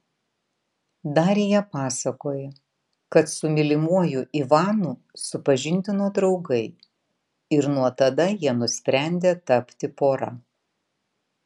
darija pasakoja kad su mylimuoju ivanu supažindino draugai ir nuo tada jie nusprendė tapti pora